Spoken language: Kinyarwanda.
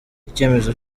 icyemezo